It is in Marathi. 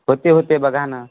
होते होते बघा ना